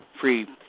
free